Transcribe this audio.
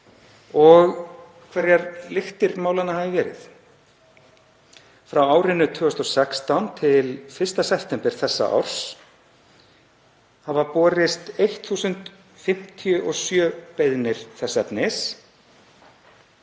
og hverjar lyktir málanna hefðu verið. Frá árinu 2016 til 1. september þessa árs hafa borist 1.057 beiðnir þess efnis.